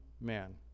man